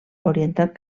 orientat